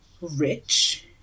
rich